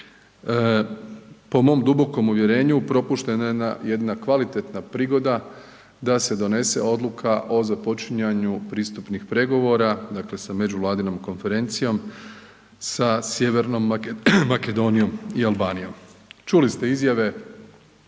po mom dubokom uvjerenju propuštena je jedna kvalitetna prigoda da se donese odluka o započinjanju pristupnih pregovora sa međuvladinom konferencijom sa Sjevernoj Makedonijom i Albanijom. Čuli ste izjave,